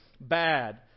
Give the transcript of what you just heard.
bad